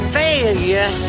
failure